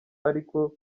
aliko